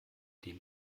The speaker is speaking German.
dem